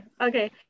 Okay